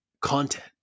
content